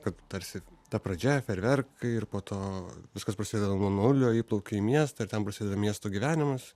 kad tarsi ta pradžia fejerverkai ir po to viskas prasideda nuo nulio įplauki į miestą ir ten prasideda miesto gyvenimas